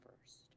first